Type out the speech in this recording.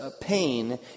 pain